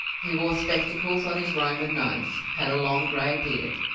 he wore spectacles on his roman nose, had a long grey beard,